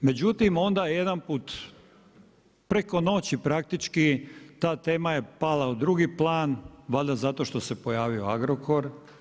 Međutim, onda je jedan put preko noći praktički ta tema je pala u drugi plan, valjda zato što se pojavio Agrokor.